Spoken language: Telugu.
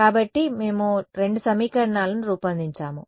కాబట్టి మేము రెండు సమీకరణాలను రూపొందించాము